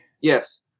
Yes